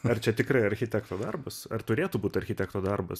ar čia tikrai architekto darbas ar turėtų būt architekto darbas